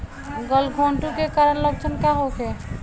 गलघोंटु के कारण लक्षण का होखे?